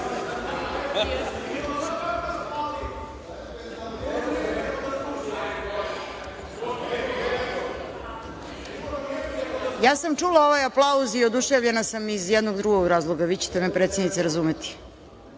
Ja sam čula ovaj aplauz i oduševljena sam iz jednog drugog razloga, vi ćete me predsednice razumeti.